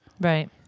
Right